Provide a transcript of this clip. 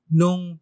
nung